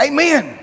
Amen